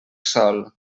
sol